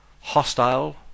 hostile